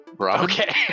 Okay